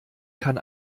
kann